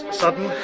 sudden